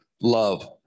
love